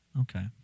Okay